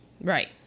Right